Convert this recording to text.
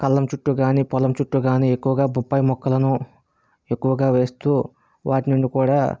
కళ్ళం చుట్టూ కానీ పొలం చుట్టూ కానీ ఎక్కువగా బొప్పాయి మొక్కలను ఎక్కువగా వేస్తూ వాటినుండి కూడా